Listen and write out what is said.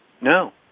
No